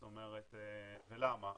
ולמה?